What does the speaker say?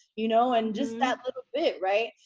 you know, and just that little bit. right?